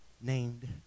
named